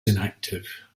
inactive